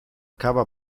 cava